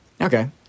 okay